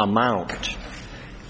amount